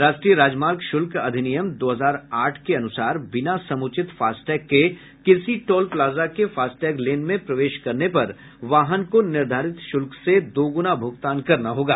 राष्ट्रीय राजमार्ग शुल्क अधिनियम दो हजार आठ के अनुसार बिना समुचित फास्टैग के किसी टोल प्लाजा के फास्टैग लेन में प्रवेश करने पर वाहन को निर्धारित शुल्क से दोग्ना भूगतान करना होगा